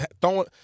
throwing